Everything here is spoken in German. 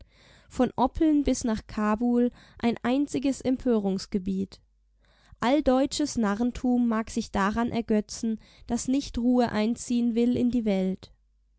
von oppeln bis nach kabul ein einziges empörungsgebiet alldeutsches narrentum mag sich daran ergötzen daß nicht ruhe einziehen will in die welt